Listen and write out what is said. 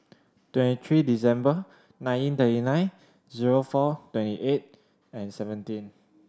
twenty three December nineteen thirty nine zero four twenty eight and seventeen